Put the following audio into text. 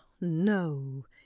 No